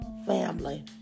family